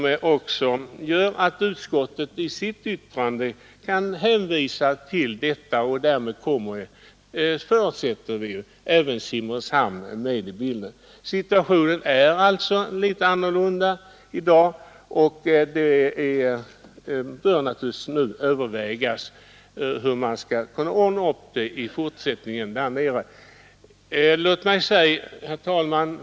Utskottet hänvisar i sitt yttrande till detta. Vi förutsätter att därmed även Simrishamn kommer med i bilden. Situationen är alltså litet annorlunda i dag, och det bör naturligtvis övervägas hur man skall kunna ordna upp det hela i fortsättningen. Herr talman!